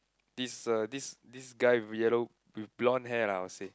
this uh this this guy yellow with blonde hair lah I would say